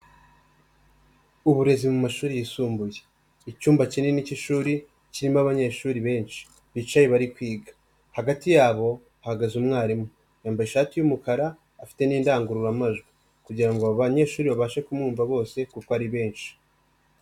Uburezi mu mashuri yisumbuye, icyumba kinini cy'ishuri kirimo abanyeshuri benshi, bicaye bari kwiga, hagati yabo hahagaze umwarimu yambaye ishati y'umukara, afite n'indangururamajwi kugirango ngo, abo banyeshuri babashe kumwumva bose kuko ari benshi.